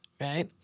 right